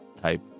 type